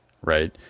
right